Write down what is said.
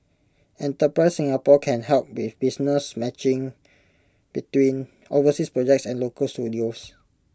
enterprise Singapore can help with business matching between overseas projects and local studios